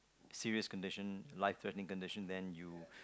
serious condition life threatening condition then you